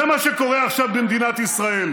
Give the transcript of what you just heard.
זה מה שקורה עכשיו במדינת ישראל.